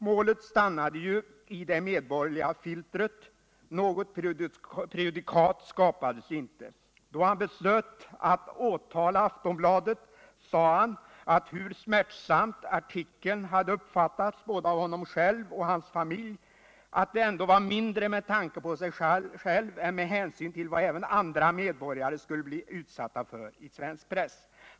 Målet stannade ju i det medborgerliga ”filtret”. Något prejudikat skapades inte. Då han beslöt att åtala Aftonbladet sade han att hur smärtsamt artikeln än hade uppfattats både av honom själv och av hans familj, var det mindre med tanke på sig själv än med hänsyn till vad även andra medborgare kunde bli utsatta för i svensk press.